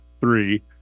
three